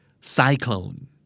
Cyclone